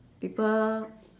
people